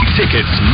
tickets